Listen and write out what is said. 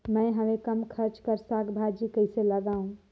मैं हवे कम खर्च कर साग भाजी कइसे लगाव?